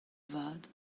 vat